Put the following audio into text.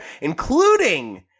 including